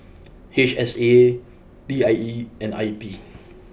H S A P I E and I P